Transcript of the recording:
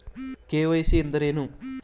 KYC ಎಂದರೇನು?